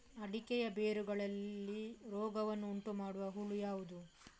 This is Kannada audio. ಅಡಿಕೆಯ ಬೇರುಗಳಲ್ಲಿ ರೋಗವನ್ನು ಉಂಟುಮಾಡುವ ಹುಳು ಯಾವುದು?